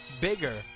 bigger